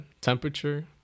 temperature